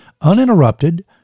uninterrupted